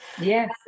Yes